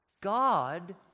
God